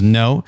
no